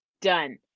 Done